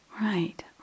right